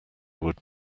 would